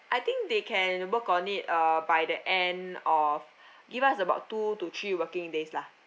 I think they can work on it uh by the end of give us about two to three working days lah